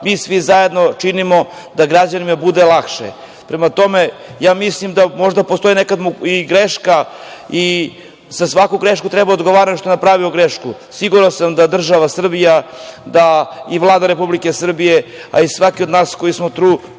mi svi zajedno činimo da građanima bude lakše. Prema tome, ja mislim da možda postoji nekad i greška i za svaku grešku treba da odgovara onaj što je napravio grešku. Siguran sam da država Srbija i Vlada Republike Srbije, a i svaki od nas koji smo tu